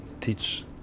teach